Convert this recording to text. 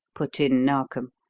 put in narkom,